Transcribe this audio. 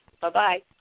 Bye-bye